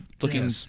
looking